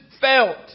felt